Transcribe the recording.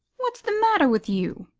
what's the matter with you?